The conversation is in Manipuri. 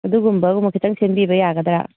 ꯑꯗꯨꯒꯨꯝꯕ ꯈꯤꯇꯪ ꯁꯦꯝꯕꯤꯕ ꯌꯥꯒꯗ꯭ꯔꯥ